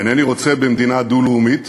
אינני רוצה במדינה דו-לאומית,